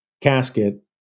casket